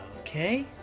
Okay